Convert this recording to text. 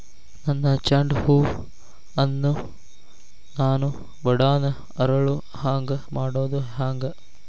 ನನ್ನ ಚಂಡ ಹೂ ಅನ್ನ ನಾನು ಬಡಾನ್ ಅರಳು ಹಾಂಗ ಮಾಡೋದು ಹ್ಯಾಂಗ್?